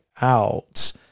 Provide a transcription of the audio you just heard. out